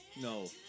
No